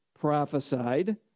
prophesied